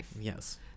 Yes